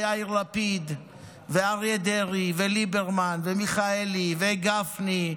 יאיר לפיד ואריה דרעי וליברמן ומיכאלי וגפני,